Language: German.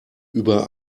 über